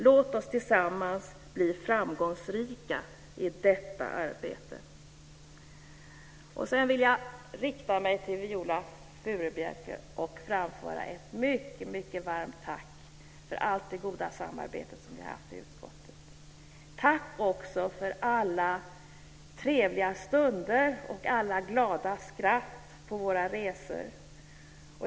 Låt oss tillsammans bli framgångsrika i detta arbete. Sedan vill jag rikta mig till Viola Furubjelke och framföra ett mycket, mycket varmt tack för allt det goda samarbete som vi har haft i utskottet. Tack också för alla trevliga stunder och alla glada skratt på våra resor.